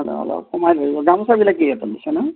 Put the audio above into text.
হ'লেও অলপ কমাই ধৰিব গামোচাবিলাক কি ৰেটত দিছেনো